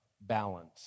balance